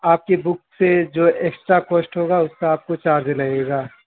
آپ کی بک سے جو ایکسٹرا کوسٹ ہوگا اس کا آپ کو چارج لگے گا